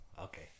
Okay